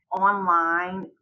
Online